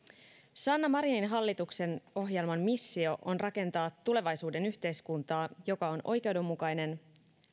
sanna marinin hallituksen ohjelman missio on rakentaa tulevaisuuden yhteiskuntaa joka on oikeudenmukainen